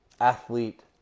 athlete